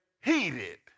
heated